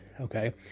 okay